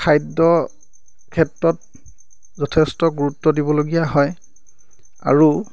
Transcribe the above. খাদ্য ক্ষেত্ৰত যথেষ্ট গুৰুত্ব দিবলগীয়া হয় আৰু